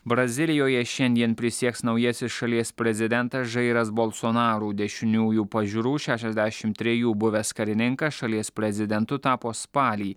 brazilijoje šiandien prisieks naujasis šalies prezidentas žairas bolsonaru dešiniųjų pažiūrų šešiasdešim trejų buvęs karininkas šalies prezidentu tapo spalį